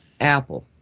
Apple